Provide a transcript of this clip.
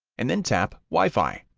and then tap wi-fi.